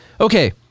Okay